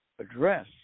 address